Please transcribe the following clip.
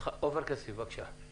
עופר כסיף, בבקשה.